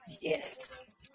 Yes